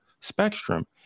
spectrum